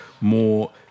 more